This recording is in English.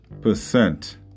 percent